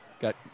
got